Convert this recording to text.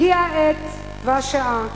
הגיעה העת והשעה